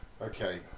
Okay